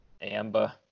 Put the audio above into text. Amber